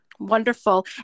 wonderful